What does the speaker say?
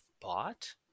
bought